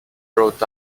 brought